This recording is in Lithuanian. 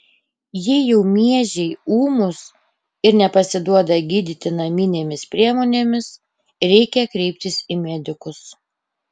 jei jau miežiai ūmūs ir nepasiduoda gydyti naminėmis priemonėmis reikia kreiptis į medikus